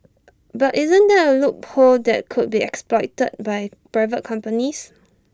but isn't that A loophole that could be exploited by private companies